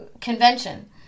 convention